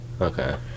Okay